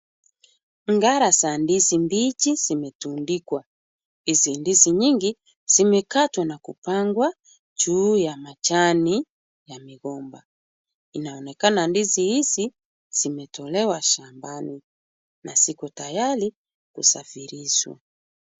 Mgara za ndizi mbichi zimetundikwa. Hizi ndizi nyingi, zimekatwa na kupangwa juu ya majani ya migomba. Inaonekana ndizi hizi, zimetolewa shambani na ziko tayari kusafirishwa.